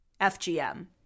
FGM